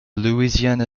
louisiana